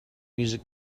music